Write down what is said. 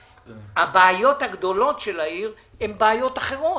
הבעיות הגדולות של העיר הן בעיות אחרות.